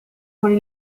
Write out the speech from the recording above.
con